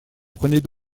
prenez